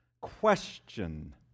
question